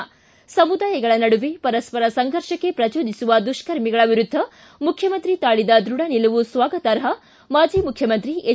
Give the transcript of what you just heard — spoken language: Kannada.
ಿ ಸಮುದಾಯಗಳ ನಡುವೆ ಪರಸ್ಪರ ಸಂಘರ್ಷಕ್ಕೆ ಪ್ರಚೋದಿಸುವ ದುಷ್ಕರ್ಮಿಗಳ ವಿರುದ್ದ ಮುಖ್ಯಮಂತ್ರಿ ತಾಳಿದ ದೃಢ ನಿಲುವು ಸ್ವಾಗತಾರ್ಪ ಮಾಜಿ ಮುಖ್ಯಮಂತ್ರಿ ಎಚ್